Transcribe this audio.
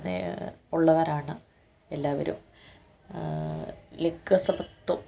ഉള്ളവരാണ് എല്ലാവരും ലിംഗസമത്വം